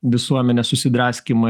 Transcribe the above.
visuomenės susidraskymą ir